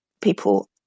people